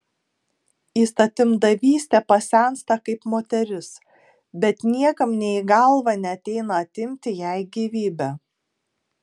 įstatymdavystė pasensta kaip moteris bet niekam nė į galvą neateina atimti jai gyvybę